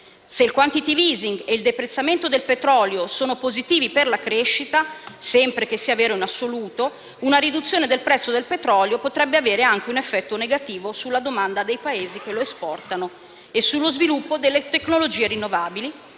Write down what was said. Se il *quantitative easing* e il deprezzamento del petrolio sono positivi per la crescita (sempre che sia vero in assoluto), una riduzione del prezzo del petrolio potrebbe avere anche un effetto negativo sulla domanda dei Paesi che lo esportano e sullo sviluppo delle tecnologie rinnovabili